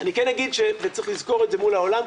צריך לזכור את זה מול העולם,